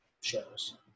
shows